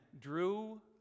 drew